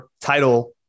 Title